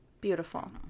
beautiful